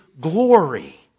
glory